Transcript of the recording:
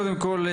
קודם כל,